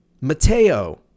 Mateo